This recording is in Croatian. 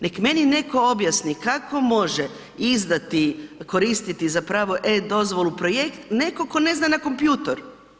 Nek meni netko objasni kako može izdati, koristiti za pravo e-dozvolu projekt netko tko ne zna na kompjuter?